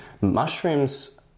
Mushrooms